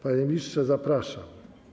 Panie ministrze, zapraszam.